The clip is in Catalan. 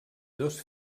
dos